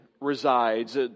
resides